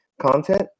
content